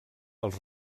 els